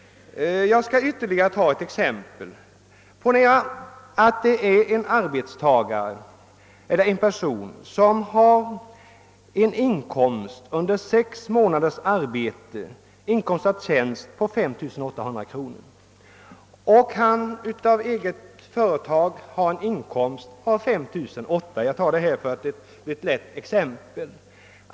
Jag skall anföra ytterligare ett exempel. Ponera att en person har inkomst av tjänst på 5800 kronor under sex månader och från eget företag får en inkomst av 5 800 kronor — jag väljer de siffrorna, eftersom de ger ett enkelt exempel.